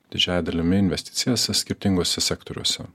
didžiąja dalimi investicijas skirtinguose sektoriuose